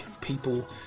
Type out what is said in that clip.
people